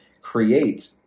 create